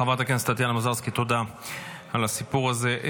חברת הכנסת טטיאנה מזרסקי, תודה על הסיפור הזה.